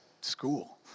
school